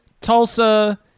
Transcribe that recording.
Tulsa